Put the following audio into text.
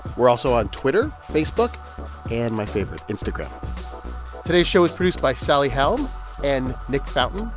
we're also on twitter, facebook and, my favorite, instagram today's show was produced by sally helm and nick fountain,